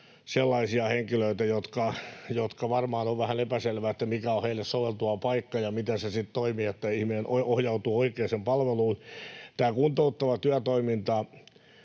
sellaisia henkilöitä, että varmaan on vähän epäselvää, mikä on heille soveltuva paikka ja miten se sitten toimii, että ihminen ohjautuu oikeaan palveluun. Tämä kuntouttava työtoiminta,